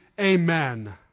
amen